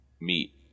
meet